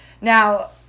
Now